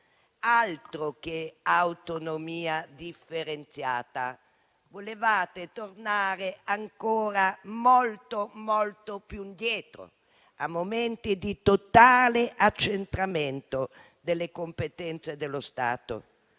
Altro che autonomia differenziata! Volevate tornare ancora molto, molto più indietro, a momenti di totale accentramento delle competenze dello Stato.